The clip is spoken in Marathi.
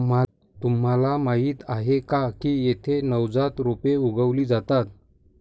तुम्हाला माहीत आहे का की येथे नवजात रोपे उगवली जातात